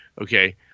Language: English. okay